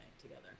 together